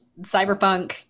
cyberpunk